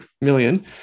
million